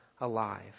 alive